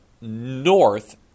north